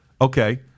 okay